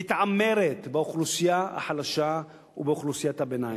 מתעמרת באוכלוסייה החלשה ובאוכלוסיית הביניים.